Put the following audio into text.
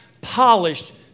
polished